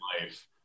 life